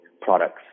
products